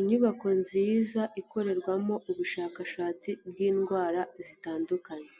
Inyubako nziza ikorerwamo ubushakashatsi bw'indwara zitandukanye,